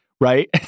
Right